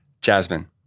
Jasmine